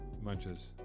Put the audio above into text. Munches